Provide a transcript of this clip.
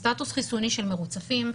סטטוס חיסוני של מרוצפים.